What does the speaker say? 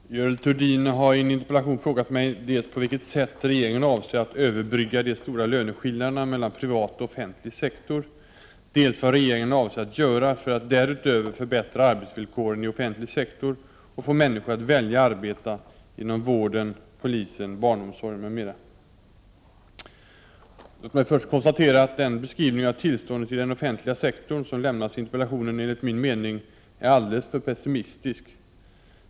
Herr talman! Görel Thurdin har i en interpellation frågat mig dels på vilket sätt regeringen avser att överbrygga de stora löneskillnaderna mellan privat och offentlig sektor, dels vad regeringen avser att göra för att därutöver förbättra arbetsvillkoren i offentlig sektor och få människor att vilja arbeta inom vården, polisen, barnomsorgen, m.m. Låt mig först konstatera att den beskrivning av tillståndet i den offentliga sektorn som lämnats i interpellationen enligt min mening är alldeles för pessimistisk.